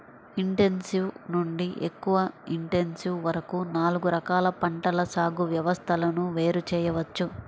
intensive నుండి ఎక్కువ intensive వరకు నాలుగు రకాల పంటల సాగు వ్యవస్థలను వేరు చేయవచ్చు